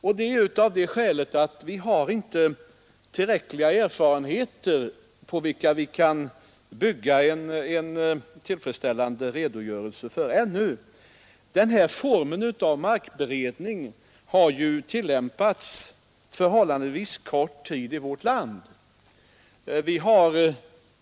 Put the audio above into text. Skälet därtill är att vi ännu inte har tillräckliga erfarenheter på vilka vi kan bygga en tillfredsställande redogörelse. Den här formen av markberedning har tillämpats förhållandevis kort tid i vårt land.